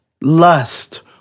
lust